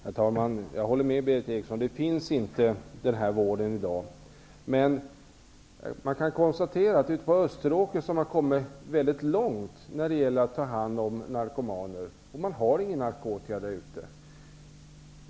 Herr talman! Jag håller med Berith Eriksson om att denna vård inte finns i dag. Men vi kan konstatera att Österåker har kommit mycket långt när det gäller att ta hand om narkomaner, och man har ingen narkotika där ute.